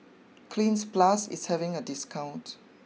Cleanz Plus is having a discount